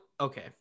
okay